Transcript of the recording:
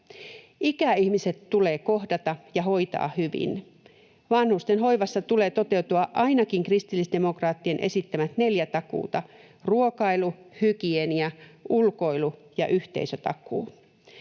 Ikäihmiset tulee kohdata ja hoitaa hyvin. Vanhustenhoivassa tulee toteutua ainakin kristillisdemokraattien esittämät neljä takuuta: ruokailu‑, hygienia‑, ulkoilu‑ ja yhteisötakuu.